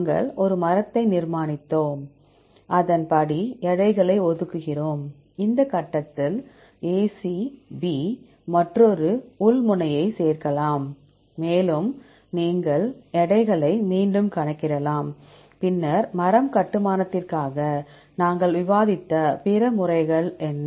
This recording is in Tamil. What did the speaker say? நாங்கள் ஒரு மரத்தை நிர்மாணிக்கிறோம் அதன்படி எடைகளை ஒதுக்குகிறோம் இந்த கட்டத்தில் ACB மற்றொரு உள் முனையையும் சேர்க்கலாம் மேலும் நீங்கள் எடைகளை மீண்டும் கணக்கிடலாம் பின்னர் மரம் கட்டுமானத்திற்காக நாங்கள் விவாதித்த பிற முறைகள் என்ன